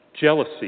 Jealousy